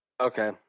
okay